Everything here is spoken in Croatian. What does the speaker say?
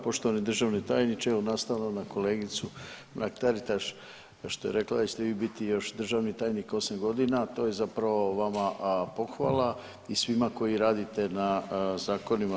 Poštovani državni tajniče evo nastavno na kolegicu Mrak Taritaš što je rekla da ćete vi biti državni tajnik 8 godina, to je zapravo vama pohvala i svima koji radite na zakonima.